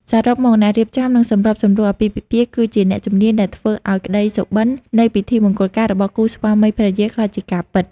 សរុបមក អ្នករៀបចំ និងសម្របសម្រួលអាពាហ៍ពិពាហ៍គឺជា អ្នកជំនាញដែលធ្វើឱ្យក្តីសុបិន្ត នៃពិធីមង្គលការរបស់គូស្វាមីភរិយាក្លាយជាការពិត។